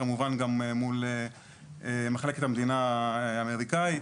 כמובן גם מול מחלקת המדינה האמריקאית.